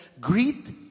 Greet